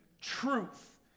Truth